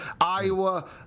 Iowa